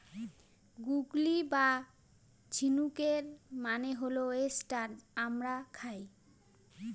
গুগলি বা ঝিনুকের মানে হল ওয়েস্টার আমরা খাই